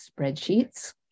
spreadsheets